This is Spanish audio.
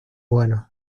buenos